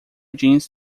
jeans